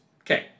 Okay